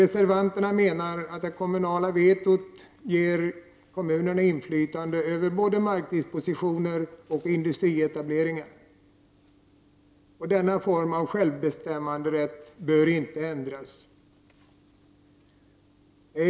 Reservanterna menar att det kommunala vetot ger kommunerna inflytande över både markdispositioner och industrietableringar. Denna form av självbestämmanderätt bör inte ändras.